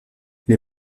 les